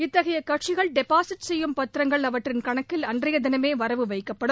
இத்தகைய கட்சிகள் டெபாஸிட் செய்யும் பத்திரங்கள் அவற்றின் கணக்கில் அன்றைய தினமே வரவு வைக்கப்படும்